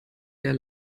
der